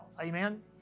Amen